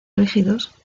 rígidos